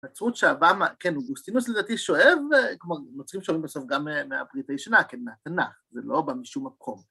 התצרות שהבאה, כן, אוגוסטינוס לדתי שואב, כלומר, נוצרים שואבים בסוף גם מהפריטה הישנה, כן, מהתנ״ך, זה לא בא משום מקום.